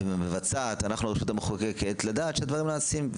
את הרשות המבצעת לדעת שדברים נעשים.